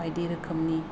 बायदि रोखोमनि